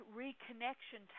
reconnection